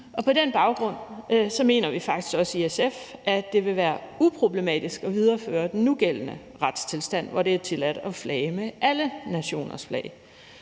På den baggrund mener vi faktisk også i SF, at det vil være uproblematisk at videreføre den nugældende retstilstand, hvor det er tilladt at flage med alle nationers flag.